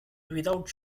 without